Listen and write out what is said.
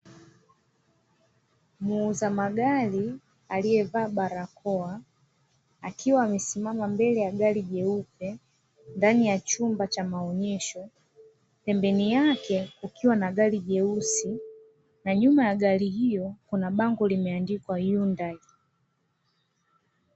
Muuza magari aliyevaa barakoa, akiwa amesimama mbele ya gari jeupe, ndani ya chumba cha maonyesho, pembeni yake kukiwa na gari jeusi, na nyuma ya gari hiyo kuna bango limeandikwa "hyundai".